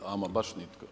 Ama baš nitko.